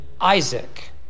Isaac